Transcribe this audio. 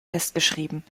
festgeschrieben